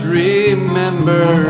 remember